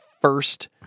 first